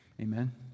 Amen